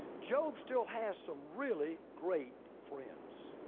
job still has some really great friends.